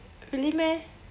really meh